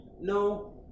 no